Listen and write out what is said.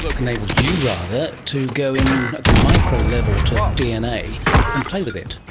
enables you, rather, to go in at the micro level to dna and play with it.